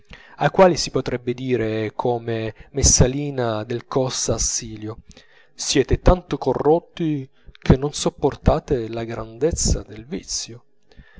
ai quali si potrebbe dire come la messalina del cossa a silio siete tanto corrotti che non sopportate la grandezza del vizio